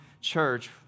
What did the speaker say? church